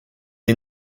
est